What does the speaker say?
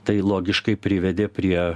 tai logiškai privedė prie